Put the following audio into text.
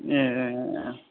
ए ए ए